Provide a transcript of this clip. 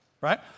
right